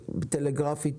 תשובות טלגרפית ב-4 דקות.